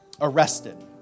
arrested